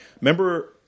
Remember